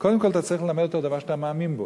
קודם כול אתה צריך ללמד אותו דבר שאתה מאמין בו.